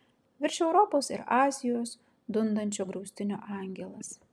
virš europos ir azijos dundančio griaustinio angelas